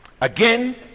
Again